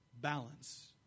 Balance